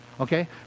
Okay